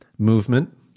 movement